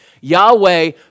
Yahweh